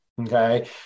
Okay